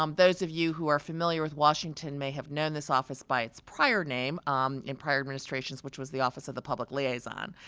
um those of you who are familiar with washington may have known this office by its prior name um in prior administrations, which was the office of the public liaison.